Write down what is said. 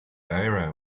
area